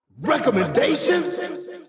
Recommendations